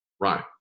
Right